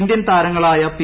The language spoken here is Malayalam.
ഇന്ത്യൻ താരങ്ങളായ പി